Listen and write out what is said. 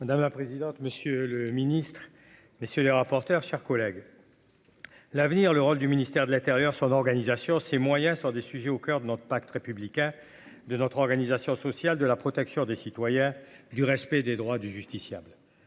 Madame la présidente, monsieur le ministre, messieurs les rapporteurs, chers collègues, l'avenir le rôle du ministère de l'Intérieur, son organisation, ses moyens sur des sujets au coeur de notre pacte républicain de notre organisation sociale, de la protection des citoyens du respect des droits du justiciable